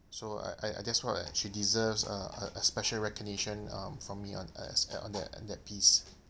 so I I I just thought she deserves a a a special recognition um from me on a s~ on on that on that piece